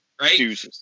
right